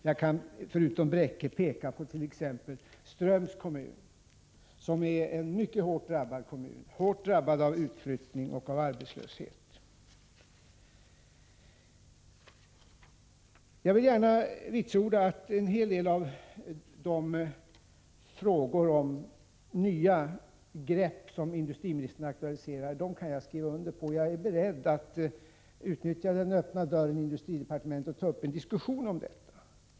Jag kan förutom Bräcke peka på t.ex. Ströms kommun, som är en av utflyttning och av arbetslöshet mycket hårt drabbad kommun. Jag vill gärna vitsorda att en hel del av de nya grepp som industriministern aktualiserar, dem kan jag skriva under på. Jag är beredd att utnyttja den öppna dörren i industridepartementet och ta upp en diskussion om detta.